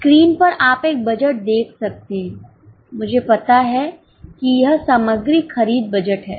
screen पर आप एक बजट देख सकते हैं मुझे पता है कि यह सामग्री खरीद बजट है